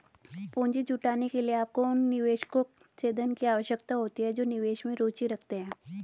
पूंजी जुटाने के लिए, आपको उन निवेशकों से धन की आवश्यकता होती है जो निवेश में रुचि रखते हैं